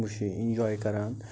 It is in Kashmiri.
بہٕ چھُس یہِ اِنجاے کَران